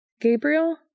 Gabriel